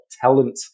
talent